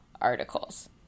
articles